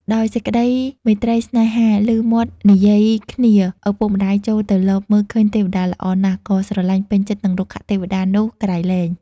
ដោយសេចក្ដីមេត្រីស្នេហា ឮមាត់និយាយគ្នាឪពុកម្ដាយចូលទៅលបមើលឃើញទេវតាល្អណាស់ ក៏ស្រលាញ់ពេញចិត្ដនិងរុក្ខទេវតានោះ ក្រៃលែង